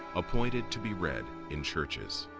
appointed to be read in churches.